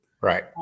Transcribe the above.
Right